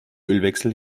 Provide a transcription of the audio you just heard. ölwechsel